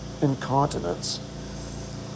incontinence